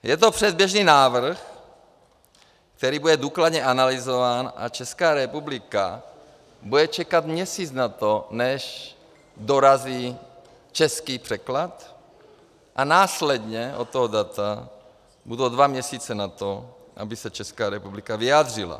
Je to předběžný návrh, který bude důkladně analyzován, a Česká republika bude čekat měsíc na to, než dorazí český překlad, a následně od toho data budou dva měsíce na to, aby se Česká republika vyjádřila.